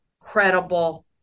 credible